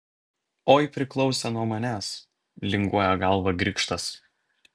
oi priklausė nuo manęs linguoja galvą grikštas